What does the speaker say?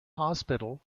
hospital